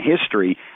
history